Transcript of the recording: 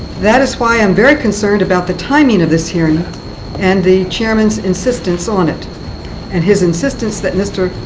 that is why i am very concerned about the timing of this hearing and the chairman's insistence on it and his insistence that mr.